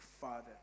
father